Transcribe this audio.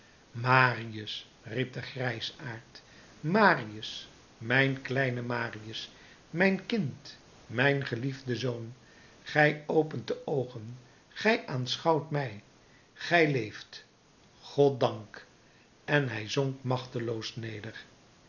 marius riep de grijsaard marius mijn kleine marius mijn kind mijn geliefde zoon gij opent de oogen gij aanschouwt mij gij leeft goddank en hij zonk machteloos neder